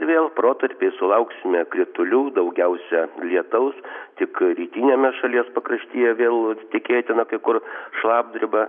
vėl protarpiais sulauksime kritulių daugiausia lietaus tik rytiniame šalies pakraštyje vėl tikėtina kai kur šlapdriba